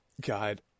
god